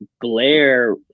Blair